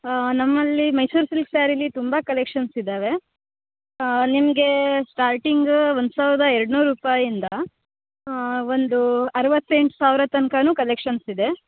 ಹಾಂ ನಮ್ಮಲ್ಲಿ ಮೈಸೂರು ಸಿಲ್ಕ್ ಸ್ಯಾರಿಲಿ ತುಂಬ ಕಲೆಕ್ಷನ್ಸ್ ಇದ್ದಾವೆ ಹಾಂ ನಿಮಗೆ ಸ್ಟಾರ್ಟಿಂಗು ಒಂದು ಸಾವಿರದ ಎರಡುನೂರು ರುಪಾಯಿಂದ ಒಂದು ಅರವತ್ತೆಂಟು ಸಾವಿರ ತನ್ಕವೂ ಕಲೆಕ್ಷನ್ಸ್ ಇದೆ